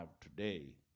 today